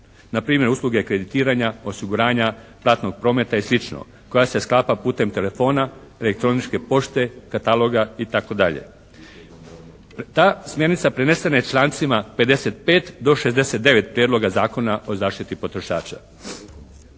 npr. usluge kreditiranja, osiguranja, platnog prometa i slično koja se sklapa putem telefona, elektroničke pošte, kataloga itd. Ta smjernica prenesena je člancima 55. do 69. prijedloga Zakona o zaštiti potrošača.